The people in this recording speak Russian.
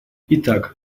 итак